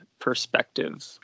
perspective